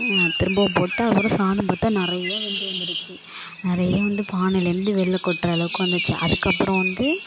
திரும்பவும் போட்டுடுட்டேன் அப்புறம் சாதம் பார்த்தா நிறையா வெந்து வந்துருச்சு நிறைய வந்து பானையிலந்து வெளியில கொட்டுற அளவுக்கு வந்துச்சு அதுக்கப்புறம் வந்து